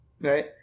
right